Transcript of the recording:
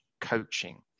coaching